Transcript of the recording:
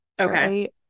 Okay